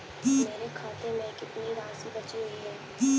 मेरे खाते में कितनी राशि बची हुई है?